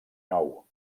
nou